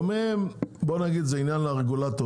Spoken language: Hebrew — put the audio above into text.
דומיהם בוא נגיד זה עניין לרגולטור